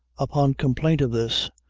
upon complaint of this,